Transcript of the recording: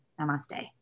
Namaste